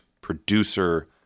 producer